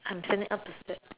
I'm standing up to stretch